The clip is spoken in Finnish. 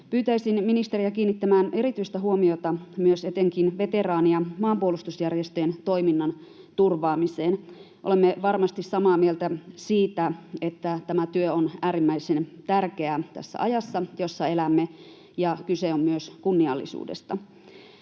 Pyytäisin ministeriä kiinnittämään erityistä huomiota myös etenkin veteraani- ja maanpuolustusjärjestöjen toiminnan turvaamiseen. Olemme varmasti samaa mieltä siitä, että tämä työ on äärimmäisen tärkeää tässä ajassa, jossa elämme, ja kyse on myös kunniallisuudesta.